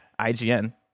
IGN